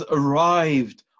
arrived